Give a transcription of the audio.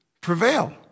prevail